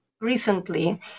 recently